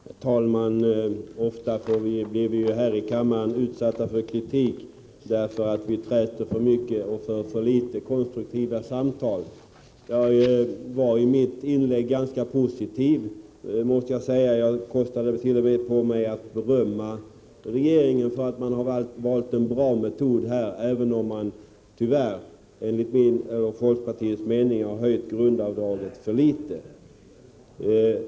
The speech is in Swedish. Herr talman! Ofta blir vi här i kammaren utsatta för kritik för att vi träter för mycket och för för litet konstruktiva samtal. Jag var i mitt inlägg ganska positiv. kostade på mig att berömma regeringen för att den valt en bra metod, även om den tyvärr enligt min och folkpartiets mening höjt grundavdraget för litet.